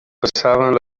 passaven